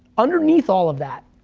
underneath all of that,